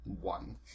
One